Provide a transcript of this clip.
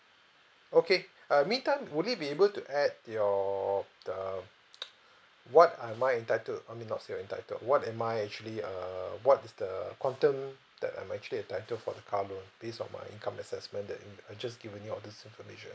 okay uh meantime will we be able to add to your uh what am I entitled I mean not say entitled what am I actually err what is the quantum that I'm actually entitled for the car loan based on my income as the I've just given you all this information